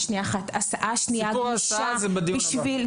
סיפור ההסעות בדיון הבא.